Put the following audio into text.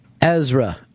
Ezra